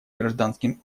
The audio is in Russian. гражданским